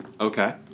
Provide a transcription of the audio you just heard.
Okay